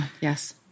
Yes